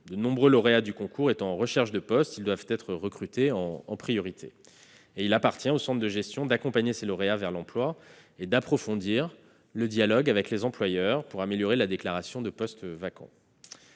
De nombreux lauréats du concours étant en recherche de poste, ils doivent être recrutés en priorité. Il appartient aux centres de gestion d'accompagner ces lauréats vers l'emploi et d'approfondir le dialogue avec les employeurs, afin d'améliorer la déclaration de postes vacants.